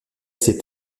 ces